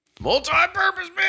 Multi-purpose